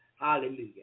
Hallelujah